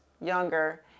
younger